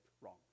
wrong